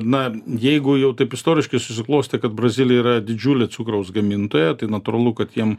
na jeigu jau taip istoriškai susiklostė kad brazilija yra didžiulė cukraus gamintoja tai natūralu kad jiem